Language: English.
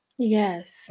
Yes